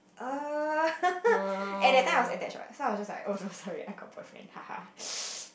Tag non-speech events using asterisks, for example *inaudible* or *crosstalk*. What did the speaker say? err *laughs* at that time I was attached what so I just like oh no sorry I got boyfriend haha *noise*